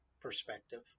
perspective